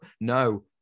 no